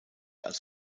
als